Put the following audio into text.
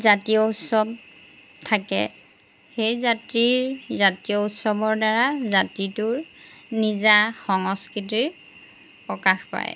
জাতীয় উৎসৱ থাকে সেই জাতিৰ জাতীয় উৎসৱৰ দ্বাৰা জাতিটোৰ নিজা সংস্কৃতিৰ প্ৰকাশ পায়